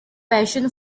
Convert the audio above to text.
passion